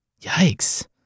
Yikes